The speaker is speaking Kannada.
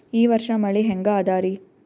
ಈ ವರ್ಷ ಮಳಿ ಹೆಂಗ ಅದಾರಿ?